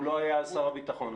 הוא לא היה אז שר הביטחון.